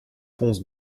pons